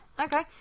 Okay